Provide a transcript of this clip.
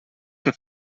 que